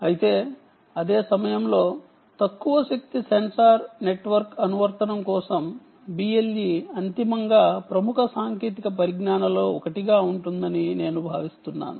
అయితే అదే సమయంలో తక్కువ శక్తి సెన్సార్ నెట్వర్క్ అనువర్తనం కోసం BLE అంతిమంగా ప్రముఖ సాంకేతిక పరిజ్ఞానాలలో ఒకటిగా ఉంటుందని నేను భావిస్తున్నాను